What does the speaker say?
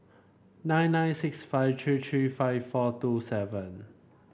nine nine six five three three five four two seven